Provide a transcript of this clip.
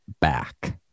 back